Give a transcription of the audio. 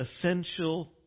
essential